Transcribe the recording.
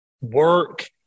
work